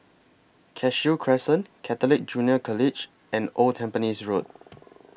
Cashew Crescent Catholic Junior College and Old Tampines Road